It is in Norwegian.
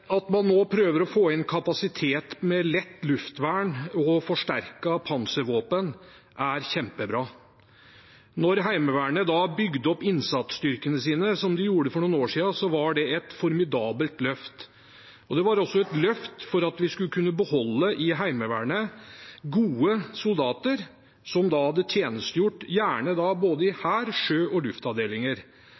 At man nå prøver å få inn kapasitet med lett luftvern og forsterket panservåpen, er kjempebra. Da Heimevernet bygde opp innsatsstyrkene sine, da de gjorde det for noen år siden, var det et formidabelt løft, og det var også et løft for at vi skulle kunne beholde i Heimevernet gode soldater som hadde tjenestegjort gjerne i både hær-, sjø- og luftavdelinger,